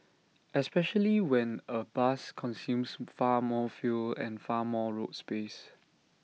especially when A bus consumes far more fuel and far more road space